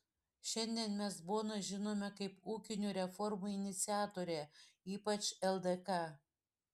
šiandien mes boną žinome kaip ūkinių reformų iniciatorę ypač ldk